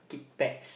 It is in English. pets